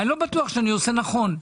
אני לא בטוח שאני עושה נכון,